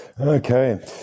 Okay